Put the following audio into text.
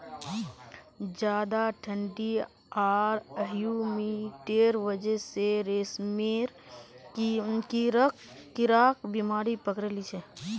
ज्यादा ठंडी आर ह्यूमिडिटीर वजह स रेशमेर कीड़ाक बीमारी पकड़े लिछेक